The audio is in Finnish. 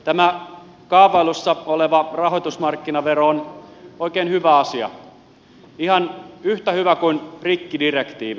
tämä kaavailussa oleva rahoitusmarkkinavero on oikein hyvä asia ihan yhtä hyvä kuin rikkidirektiivi